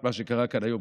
את מה שקרה כאן היום,